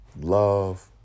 love